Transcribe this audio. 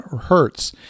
Hertz